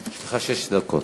יש לך שש דקות.